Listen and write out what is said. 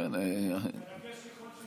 מרגש ככל שיהיה.